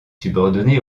subordonné